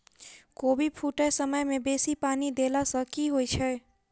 कोबी फूटै समय मे बेसी पानि देला सऽ की होइ छै?